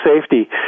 safety